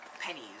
pennies